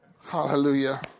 Hallelujah